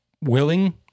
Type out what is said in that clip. willing